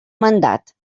mandat